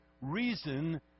reason